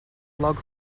log